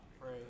Pray